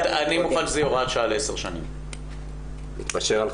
אני מוכן שזה יהיה הוראת שעה ל-10 שנים.